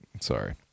Sorry